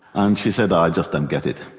and she said oh, i just don't get it'.